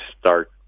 start